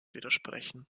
widersprechen